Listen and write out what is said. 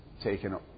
taken